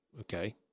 okay